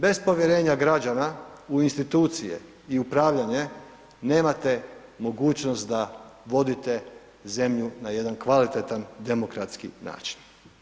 Bez povjerenja građana u institucije i upravljanje nemate mogućnost da vodite zemlju na jedan kvalitetan demokratski način.